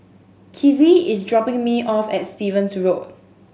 kizzie is dropping me off at Stevens Road